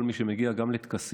כל מי שמגיע גם לטקסים,